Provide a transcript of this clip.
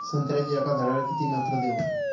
संत्र्याच्या एका झाडाले किती नत्र देऊ?